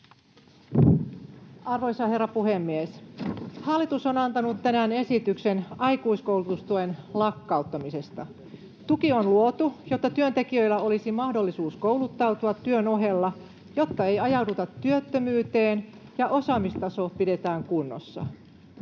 Arvoisa herra puhemies! Hallitus on antanut tänään esityksen aikuiskoulutustuen lakkauttamisesta. Tuki on luotu, jotta työntekijöillä olisi mahdollisuus kouluttautua työn ohella, jotta ei ajauduta työttömyyteen ja osaamistaso pidetään kunnossa.